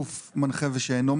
כלב סימון לאנשים עם מוגבלות שמיעה (Hearing Dog).